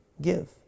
give